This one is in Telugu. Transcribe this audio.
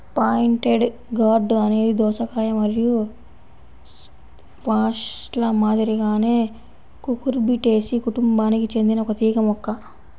పాయింటెడ్ గార్డ్ అనేది దోసకాయ మరియు స్క్వాష్ల మాదిరిగానే కుకుర్బిటేసి కుటుంబానికి చెందిన ఒక తీగ మొక్క